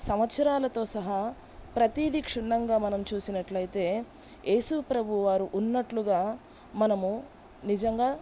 సంవత్సరాలతో సహా ప్రతీది క్షుణ్ణంగా మనం చూసినట్లయితే ఏసు ప్రభువు వారు ఉన్నట్లుగా మనము నిజంగా